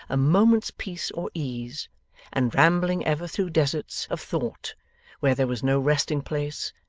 a moment's peace or ease and rambling, ever, through deserts of thought where there was no resting-place,